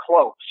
close